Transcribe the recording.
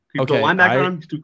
Okay